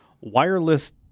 wireless